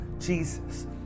Jesus